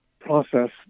process